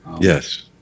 Yes